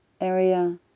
Area